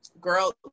Girl